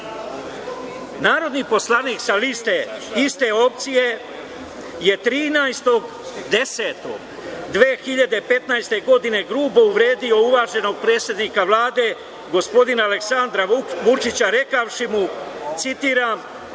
poslanik sa iste opcije je 13.10.2015. godine grubo uvredio uvaženog predsednika Vlade gospodina Aleksandra Vučića rekavši mu, citiram